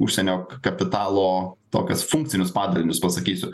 užsienio kapitalo tokius funkcinius padarinius pasakysiu